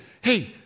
Hey